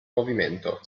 movimento